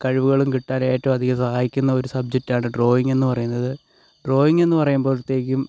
കഴിവുകളും കിട്ടാൻ ഏറ്റവും അധികം സഹായിക്കുന്ന ഒരു സബ്ജക്റ്റാണ് ഡ്രോയിങ് എന്ന് പറയുന്നത് ഡ്രോയിങ് എന്ന് പറയുമ്പോഴത്തേക്കും